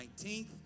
19th